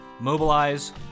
Mobilize